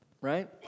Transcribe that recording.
right